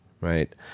right